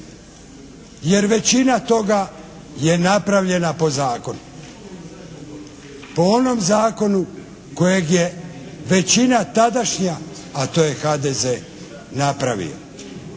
jer većina toga je napravljena po zakonu, po onom zakonu kojeg je većina tadašnja, a to je HDZ napravio.